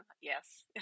Yes